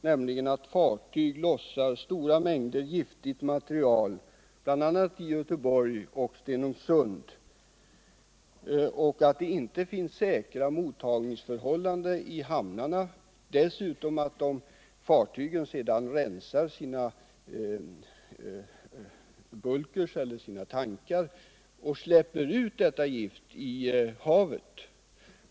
Där anges att fartyg lossar stora mängder giftigt material bl.a. i Göteborg och Stenungsund, att det inte finns säkra mottagningsförhållanden i hamnarna och dessutom att fartygen sedan rensar sina tankar genom att släppa ut detta gift i havet.